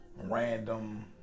random